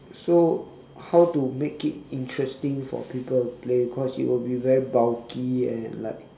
so how to make it interesting for people to play cause it will be very bulky and like